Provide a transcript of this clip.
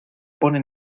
pone